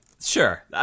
sure